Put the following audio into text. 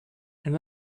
and